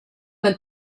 del